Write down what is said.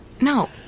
No